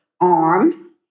arm